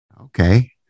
Okay